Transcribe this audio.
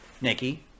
Nikki